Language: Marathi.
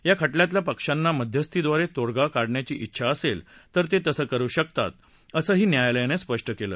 या खटल्यातल्या पक्षांना मध्यस्थीद्वारे तोडगा काढण्याची ाे् छा असेल तर ते तसं करु शकतात असंही न्यायालयानं स्पष्ट केलं